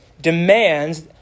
demands